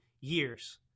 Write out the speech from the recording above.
years